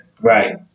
Right